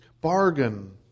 bargain